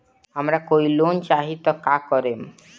हमरा कोई लोन चाही त का करेम?